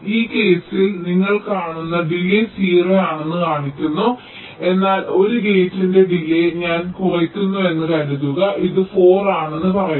ഈ കേസിന് നിങ്ങൾ കാണുന്നു ഡിലേയ് 0 ആണെന്ന് കാണിക്കുന്നു എന്നാൽ ഒരു ഗേറ്റിന്റെ ഡിലേയ് ഞാൻ കുറയ്ക്കുന്നുവെന്ന് കരുതുക ഇത് 4 ആണെന്ന് പറയട്ടെ